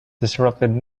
disrupted